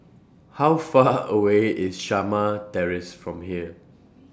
How Far away IS Shamah Terrace from here